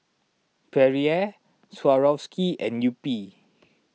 Perrier Swarovski and Yupi